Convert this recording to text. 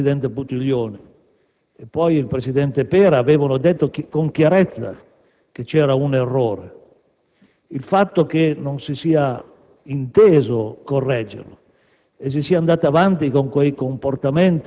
Voglio ricordare come prima il presidente Buttiglione e poi il presidente Pera avevano detto con chiarezza che c'era un errore. Il fatto che non si sia inteso correggerlo